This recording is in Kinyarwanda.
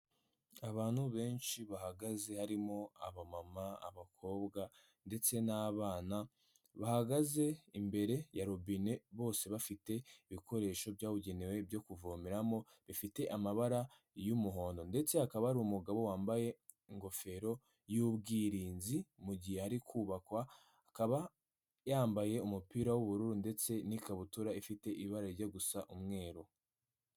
Abantu benshi bahagaze, harimo abamama, abakobwa ndetse n'abana bahagaze imbere ya robine, bose bafite ibikoresho byabugenewe byo kuvomeramo bifite amabara y'umuhondo ndetse hakaba hari umugabo wambaye ingofero y'ubwirinzi, mu gihe hari kubakwa, akaba yambaye umupira w'ubururu ndetse n'ikabutura ifite ibara rijya gusa umweru.